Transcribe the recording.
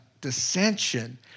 dissension